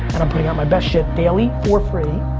and i'm putting out my best shit daily for free.